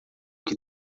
que